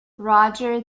roger